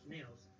Nails